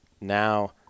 now